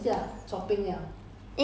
orh ya ya ya ya